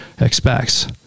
expects